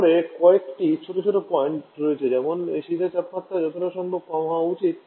তারপরে কয়েকটি ছোট ছোট পয়েন্ট রয়েছে যেমন শীতের তাপমাত্রা যতটা সম্ভব কম হওয়া উচিত